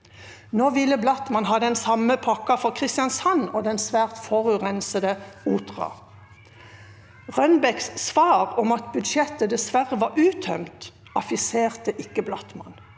Nå ville Blattmann ha den samme pakka for Kristiansand og den svært forurensede Otra. Rønbecks svar om at budsjettet dessverre var uttømt, affiserte ikke Blattmann.